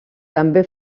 també